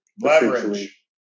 Leverage